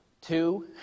two